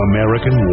American